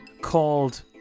called